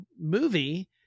movie